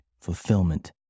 fulfillment